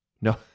No